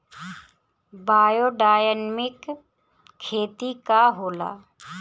Biodynamic खेती का होला?